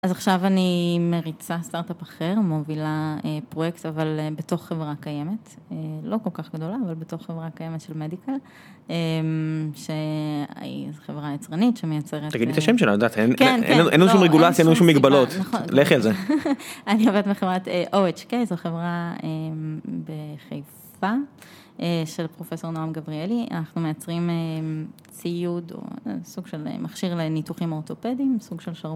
אז עכשיו אני מריצה סטארט-אפ אחר, מובילה פרוייקט, אבל בתוך חברה קיימת, לא כל כך גדולה, אבל בתוך חברה קיימת של מדיקה, שהיא חברה יצרנית שמייצרת... תגידי את השם שלה, את יודעת, אין לנו שום רגולציה, אין לנו שום מגבלות. נכון, נכון. אני עובד בחברת OHK, זו חברה בחיפה של פרופ' נועם גבריאלי, אנחנו מייצרים ציוד, סוג של מכשיר לניתוחים אורטופדיים, סוג של שרוול.